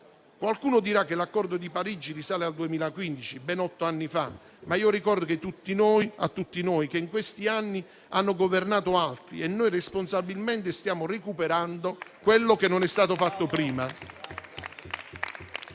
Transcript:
Qualcuno dirà che l'Accordo di Parigi risale al 2015, ben otto anni fa, ma ricordo a tutti noi che in questi anni hanno governato altri e noi, responsabilmente, stiamo recuperando quello che non è stato fatto prima.